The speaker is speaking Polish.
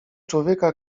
człowieka